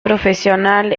profesional